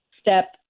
step